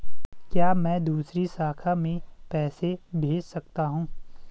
क्या मैं दूसरी शाखा में पैसे भेज सकता हूँ?